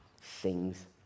Sings